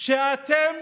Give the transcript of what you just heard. שאתם